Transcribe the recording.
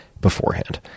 beforehand